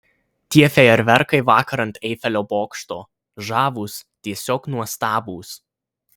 tie fejerverkai vakar ant eifelio bokšto žavūs tiesiog nuostabūs